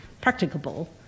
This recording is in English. practicable